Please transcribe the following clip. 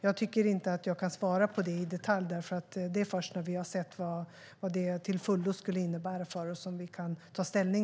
Jag kan inte svara på detta i detalj, för det är först när vi har sett vad det till fullo skulle innebära för oss som vi kan ta ställning.